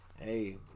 Hey